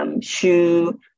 Shoe